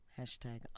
Hashtag